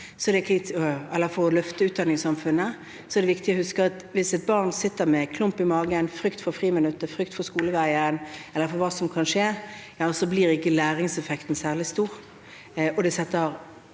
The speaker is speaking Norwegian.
for å løfte utdanningssamfunnet, er det viktig å huske at hvis et barn sitter med klump i magen, frykt for friminuttet, frykt for skoleveien eller for hva som kan skje, ja, så blir ikke læringseffekten særlig stor,